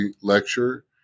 lecture